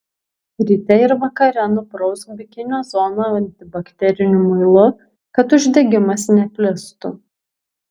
ryte ir vakare nuprausk bikinio zoną antibakteriniu muilu kad uždegimas neplistų